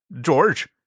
George